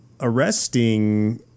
arresting